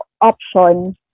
option